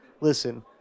Listen